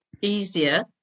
easier